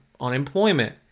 unemployment